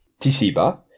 tisiba